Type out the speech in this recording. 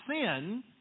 sin